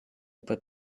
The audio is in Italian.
poi